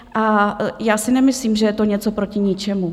A já si nemyslím, že je to něco proti ničemu.